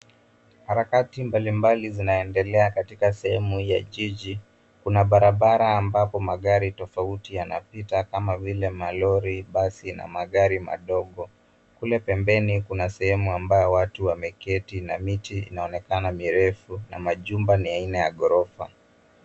Harakati mbalimbali zinaendelea katika sehemu hii ya jiji. Kuna barabara ambapo magari tofauti yanapita kama vile malori , basi na magari madog . Kule pembeni kuna sehemu ambao watu wameketi na miti inaonekana mirefu na majumba ni aina ya ghorofa.